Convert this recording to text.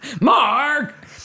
Mark